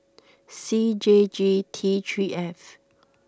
C J G T three F